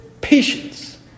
patience